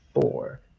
Four